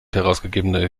herausgegebene